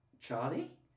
Charlie